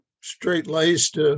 straight-laced